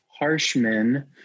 Harshman